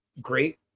great